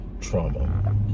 trauma